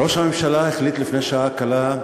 ראש הממשלה החליט לפני שעה קלה,